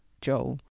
joel